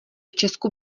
česku